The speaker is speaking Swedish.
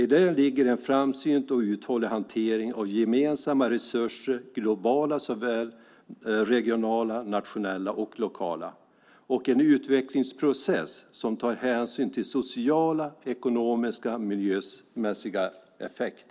I det ligger en framsynt och uthållig hantering av gemensamma resurser, globala såväl som regionala, nationella och lokala, och en utvecklingsprocess som är socialt, ekonomiskt och miljömässigt hållbar."